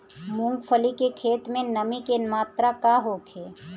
मूँगफली के खेत में नमी के मात्रा का होखे?